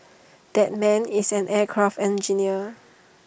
that man is an aircraft engineer